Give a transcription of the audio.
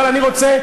אבל אני רוצה,